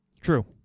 True